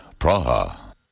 Praha